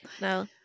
No